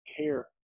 care